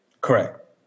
Correct